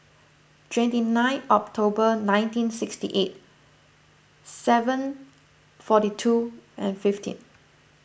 twenty nine October nineteen sixty eight seven forty two and fifteen